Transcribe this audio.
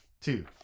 Two